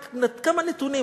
רק כמה נתונים.